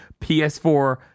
PS4